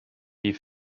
die